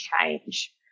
change